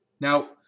Now